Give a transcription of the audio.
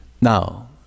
Now